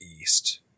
east